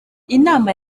inama